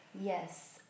Yes